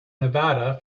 nevada